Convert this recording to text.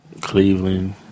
Cleveland